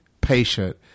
patient